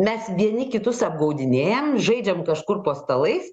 mes vieni kitus apgaudinėjam žaidžiam kažkur po stalais